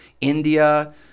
India